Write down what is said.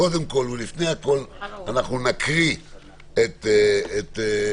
קודם כל ולפני הכול אנחנו נקרא את הנוסח